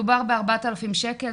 מדובר ב-4000 שקל,